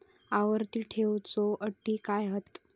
आवर्ती ठेव च्यो अटी काय हत?